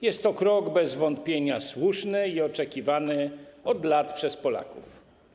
Jest to krok bez wątpienia słuszny i oczekiwany od lat przez Polaków.